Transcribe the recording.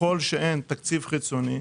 ככל שאין תקציב חיצוני,